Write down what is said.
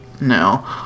No